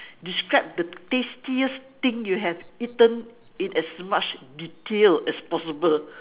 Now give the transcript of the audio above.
describe the tastiest thing you have eaten in as much detail as possible